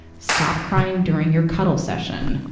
stop crying during your cuddle session.